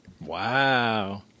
Wow